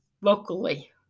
locally